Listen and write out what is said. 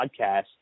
podcast